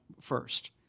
first